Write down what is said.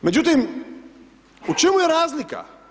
Međutim, u čemu je razlika?